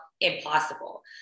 impossible